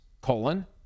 colon